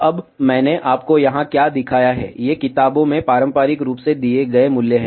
अब मैंने आपको यहाँ क्या दिखाया है ये किताबों में पारंपरिक रूप से दिए गए मूल्य हैं